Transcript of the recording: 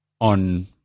on